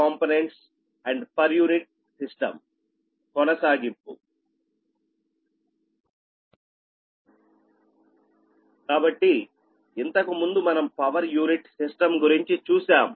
కాబట్టి ఇంతకుముందు మనం పర్ యూనిట్ సిస్టం గురించి చూశాం